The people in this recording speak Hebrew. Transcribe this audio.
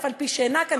אף-על-פי שאינה כאן,